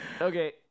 Okay